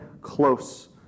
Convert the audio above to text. close